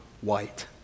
white